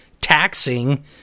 taxing